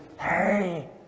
hey